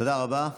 תודה רבה.